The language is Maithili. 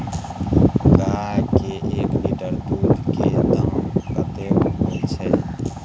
गाय के एक लीटर दूध के दाम कतेक होय छै?